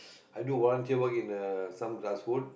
i do volunteer work in uh some glass food